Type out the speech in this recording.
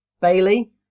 Bailey